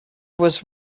was